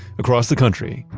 across the country,